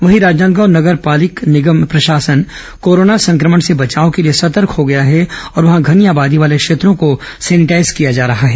वहीं राजनादगांव नगर निगम प्रशासन कोरोना संक्रमण से बचाव के लिए सतर्क हो गया है और वहां घनी आबादी वाले क्षेत्रों को सैनिटाईज किया जा रहा है